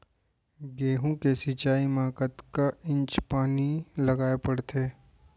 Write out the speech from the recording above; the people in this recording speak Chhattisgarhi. गेहूँ के सिंचाई मा कतना इंच पानी लगाए पड़थे?